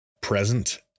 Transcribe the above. present